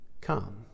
come